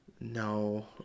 No